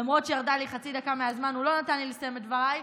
למרות שירדה לי חצי דקה מהזמן הוא לא נתן לי לסיים את דבריי,